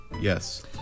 Yes